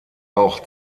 auch